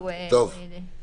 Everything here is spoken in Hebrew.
החליטו לחוקק את זה.